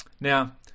Now